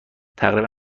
تقریبا